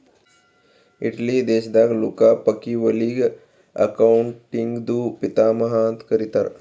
Italy ದೇಶದಾಗ್ Luca ಪಕಿಒಲಿಗ ಅಕೌಂಟಿಂಗ್ದು ಪಿತಾಮಹಾ ಅಂತ್ ಕರಿತ್ತಾರ್